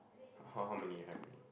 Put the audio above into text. how how how many you have already